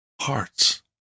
hearts